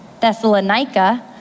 Thessalonica